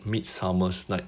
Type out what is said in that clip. midsummer's night